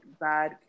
bad